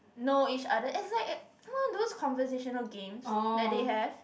know each other it's like one of those conversational games that they have